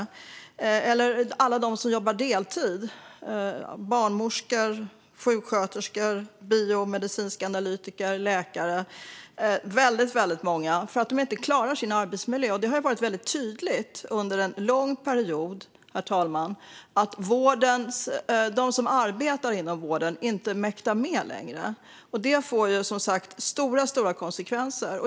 Eller hur ska man locka tillbaka alla de som jobbar deltid - barnmorskor, sjuksköterskor, biomedicinska analytiker och läkare? Det är väldigt många som jobbar deltid eftersom de inte klarar av sin arbetsmiljö. Det har varit väldigt tydligt under en lång period, herr talman, att de som arbetar inom vården inte längre mäktar med det. Och detta får, som sagt, stora konsekvenser.